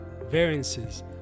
variances